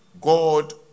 God